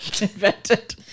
invented